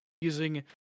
using